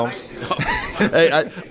Hey